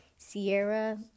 Sierra